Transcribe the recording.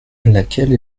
laquelle